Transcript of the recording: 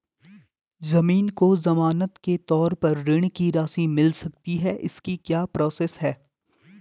ज़मीन को ज़मानत के तौर पर ऋण की राशि मिल सकती है इसकी क्या प्रोसेस है?